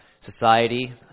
society